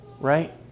Right